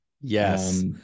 yes